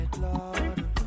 Lord